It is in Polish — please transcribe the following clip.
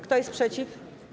Kto jest przeciw?